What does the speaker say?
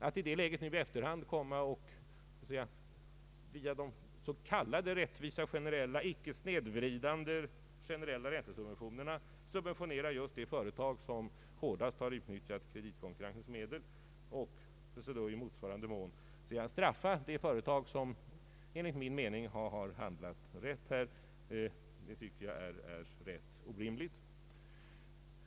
Att i det läget nu i efterhand komma och så att säga via de s.k. rättvisa generella, icke snedvridande generella räntesubventionerna subventionera just det företag som hårdast har utnyttjat kreditmedlen och i motsvarande mån straffa de företag som enligt min mening har handlat rätt, anser jag vara orimligt.